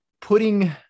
putting